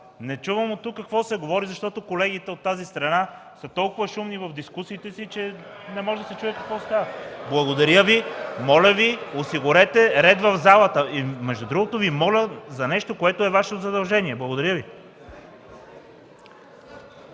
Не чувам от тук какво се говори, защото колегите от тази страна са толкова шумни в дискусиите си, че не може да се чуе какво става. (Шум и реплики и смях от КБ и ДПС.) Моля Ви, осигурете ред в залата! Между другото Ви моля за нещо, което е Ваше задължение. Благодаря Ви.